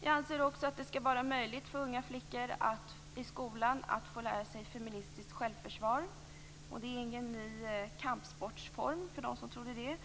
Jag anser också att det bör vara möjligt för unga flickor i skolan att få lära sig feministiskt självförsvar. Det är ingen ny kampsportsform, om nu någon trodde det.